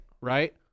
right